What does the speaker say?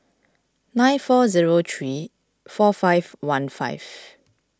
nine four zero three four five one five